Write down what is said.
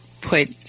put